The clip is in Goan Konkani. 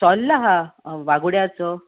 सोल्ला आहा वागुड्याचो